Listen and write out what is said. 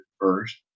first